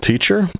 teacher